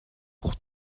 pour